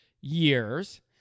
years